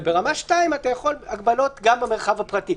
וברמה 2 אתה יכול הגבלות גם במרחב הפרטי.